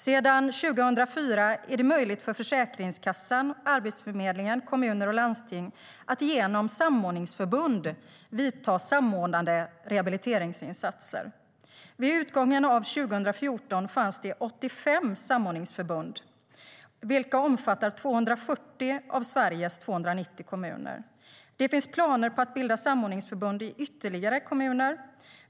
Sedan 2004 är det möjligt för Försäkringskassan, Arbetsförmedlingen, kommunerna och landstingen att genom samordningsförbund vidta samordnade rehabiliteringsinsatser. Vid utgången av 2014 fanns det 85 samordningsförbund, vilka omfattar 240 av Sveriges 290 kommuner. Det finns planer på att bilda samordningsförbund i ytterligare kommuner.